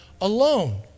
alone